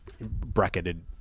bracketed